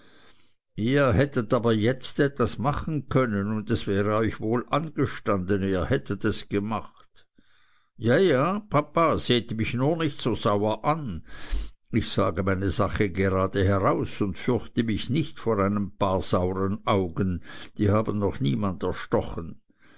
ihr hättet aber jetzt etwas machen können und es wäre euch wohl angestanden ihr hättet es gemacht ja ja papa seht mich nur so sauer an ich sage meine sache gerade heraus und fürchte mich nicht vor einem paar sauren augen die haben noch niemand erstochen